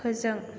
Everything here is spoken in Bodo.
फोजों